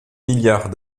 milliards